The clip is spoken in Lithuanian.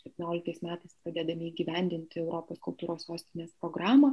septynioliktais metais pradėdami įgyvendinti europos kultūros sostinės programą